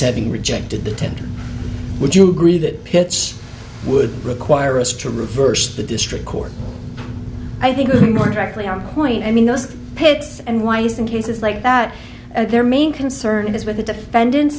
having rejected the tender would you agree that pitch would require us to reverse the district court i think more directly on point i mean those pits and wise in cases like that and their main concern is with the defendant